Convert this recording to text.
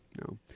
No